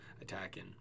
attacking